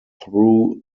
through